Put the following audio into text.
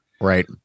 Right